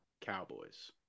Cowboys